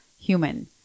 human